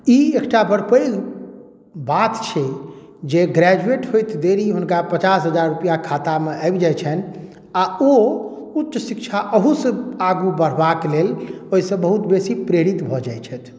ई एकटा बड़ पैघ बात छै जे ग्रैजुएट होइत देरी हुनका पचास हजार रूपैआ खातामे आबि जाइत छनि आ ओ उच्च शिक्षा एहूसँ आगू बढ़बाक लेल ओहिसँ बहुत बेसी प्रेरित भऽ जाइत छथि